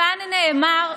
זה להסית.